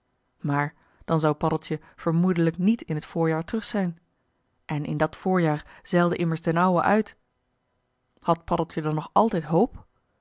maar dan zou paddeltje vermoedelijk niet in het voorjaar terug zijn en in dat voorjaar zeilde immers d'n ouwe uit had paddeltje dan nog altijd hoop